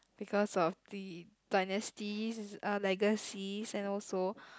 because of the dynasties uh legacies and also